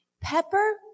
Pepper